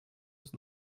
was